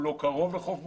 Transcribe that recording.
הוא לא קרוב לחוף מוכרז.